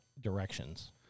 directions